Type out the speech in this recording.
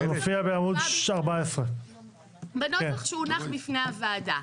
זה מופיע בעמוד 14. בנוסח שהונח בפני הוועדה.